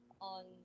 on